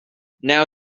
now